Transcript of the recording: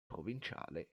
provinciale